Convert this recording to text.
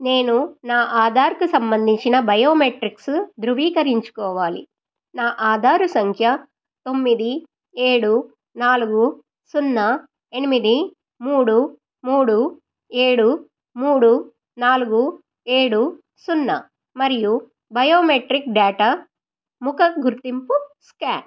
నేను నా ఆధార్కు సంబంధించిన బయోమెట్రిక్సు ధృవీకరించుకోవాలి నా ఆధారు సంఖ్య తొమ్మిది ఏడు నాలుగు సున్నా ఎనిమిది మూడు మూడు ఏడు మూడు నాలుగు ఏడు సున్నా మరియు బయోమెట్రిక్ డేటా ముఖం గుర్తింపు స్కాన్